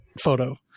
photo